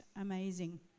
amazing